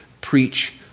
Preach